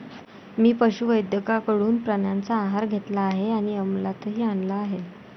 मी पशुवैद्यकाकडून प्राण्यांचा आहार घेतला आहे आणि अमलातही आणला आहे